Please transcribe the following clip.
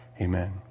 amen